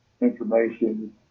information